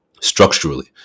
structurally